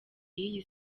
y’iyi